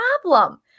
problem